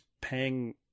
paying